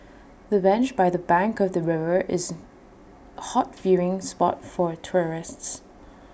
the bench by the bank of the river is hot viewing spot for tourists